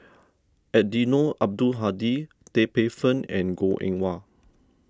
Eddino Abdul Hadi Tan Paey Fern and Goh Eng Wah